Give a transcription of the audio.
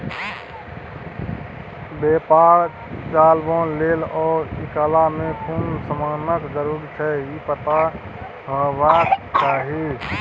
बेपार चलाबे लेल ओ इलाका में कुन समानक जरूरी छै ई पता हेबाक चाही